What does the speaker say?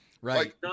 right